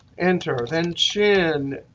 enter. then chin.